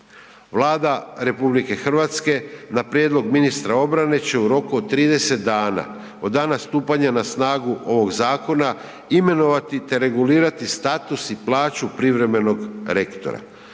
Vlada RH na prijedlog ministra obrane će u roku od 30 dana od dana stupanja na snagu ovog zakona imenovati te regulirat status i plaću privremenog rektor.